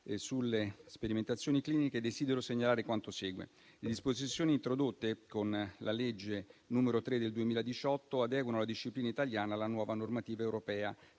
sulle sperimentazioni cliniche, desidero segnalare quanto segue: le disposizioni introdotte con la legge n. 3 del 2018 adeguano alla disciplina italiana la nuova normativa europea